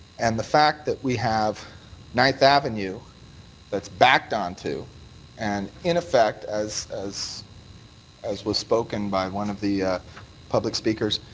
and the fact that we have ninth avenue that's backed on to and in effect as as was spoken by one of the public speakers,